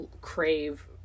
crave